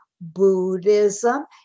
Buddhism